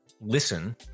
listen